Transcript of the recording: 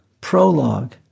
Prologue